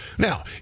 Now